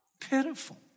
pitiful